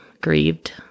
grieved